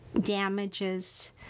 damages